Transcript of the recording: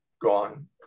gone